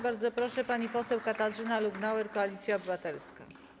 Bardzo proszę, pani poseł Katarzyna Lubnauer, Koalicja Obywtelska.